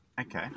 Okay